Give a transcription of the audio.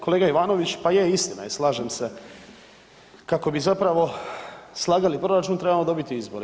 Kolega Ivanović, pa je istina je slažem se kako bi zapravo slagali proračun trebamo dobiti izbore.